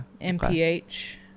MPH